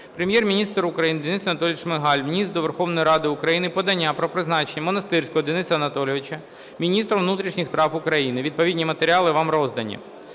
Прем'єр-міністр України Денис Анатолійович Шмигаль вніс до Верховної Ради України подання про призначення Монастирського Дениса Анатолійовича міністром внутрішніх справ України. Відповідні матеріали вам роздані.